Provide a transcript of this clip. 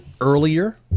earlier